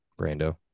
Brando